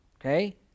Okay